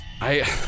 I-